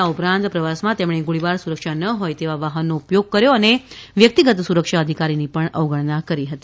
આ ઉપરાંત પ્રવાસમાં તેમણે ગોળીબાર સુરક્ષા ન હોય તેવા વાહનનો ઉપયોગ કર્યો અને વ્યક્તિગત સુરક્ષા અધિકારીની પણ અવગણના કરી હતી